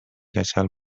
کچل